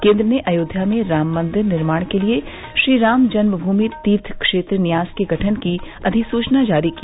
केन्द्र ने अयोध्या में राम मंदिर निर्माण के लिए श्रीराम जन्म भूमि तीर्थ क्षेत्र न्यास के गठन की अधिसूचना जारी की